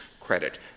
credit